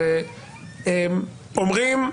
אומרים: